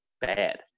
bad